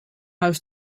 huis